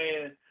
man